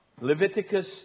Leviticus